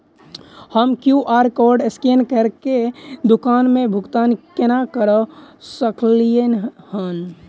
हम QR code scan करके दुकान मे भुगतान केना करऽ सकलिये एहन?